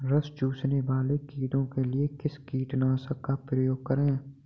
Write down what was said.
रस चूसने वाले कीड़े के लिए किस कीटनाशक का प्रयोग करें?